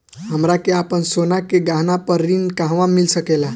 हमरा के आपन सोना के गहना पर ऋण कहवा मिल सकेला?